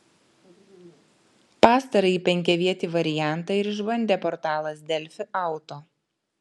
pastarąjį penkiavietį variantą ir išbandė portalas delfi auto